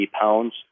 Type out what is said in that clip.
pounds